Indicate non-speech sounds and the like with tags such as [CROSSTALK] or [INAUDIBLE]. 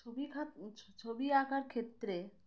ছবি [UNINTELLIGIBLE] ছবি আঁকার ক্ষেত্রে